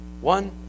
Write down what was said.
One